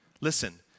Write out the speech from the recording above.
Listen